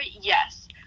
Yes